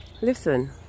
listen